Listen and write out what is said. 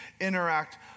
interact